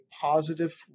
positive